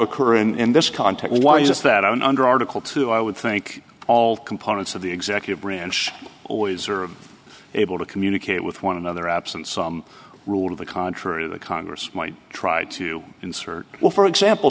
occur in this context why is that and under article two i would think all components of the executive branch always are able to communicate with one another absent some rule to the contrary the congress might try to insert will for example